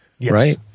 right